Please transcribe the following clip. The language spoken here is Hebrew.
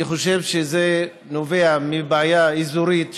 אני חושב שזה נובע מבעיה אזורית,